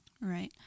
Right